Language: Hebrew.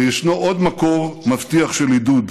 וישנו עוד מקור מבטיח של עידוד: